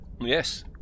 yes